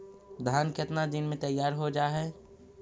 धान केतना दिन में तैयार हो जाय है?